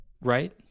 Right